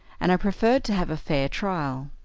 and i preferred to have a fair trial.